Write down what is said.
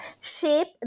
shape